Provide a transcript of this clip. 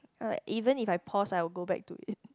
like even if I pause I'd go back to it